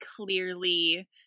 clearly